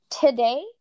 today